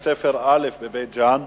בבית-ספר א' בבית-ג'ן,